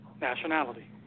nationality